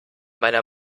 meiner